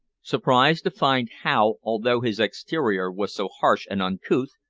surprised to find how, although his exterior was so harsh and uncouth,